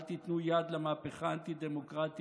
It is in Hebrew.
אל תיתנו יד למהפכה האנטי-דמוקרטית,